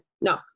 No